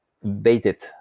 baited